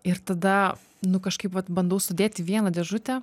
ir tada nu kažkaip vat bandau sudėti į vieną dėžutę